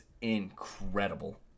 incredible